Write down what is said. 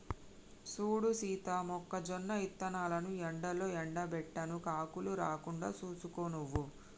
సూడు సీత మొక్కజొన్న ఇత్తనాలను ఎండలో ఎండబెట్టాను కాకులు రాకుండా సూసుకో నువ్వు